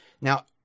Now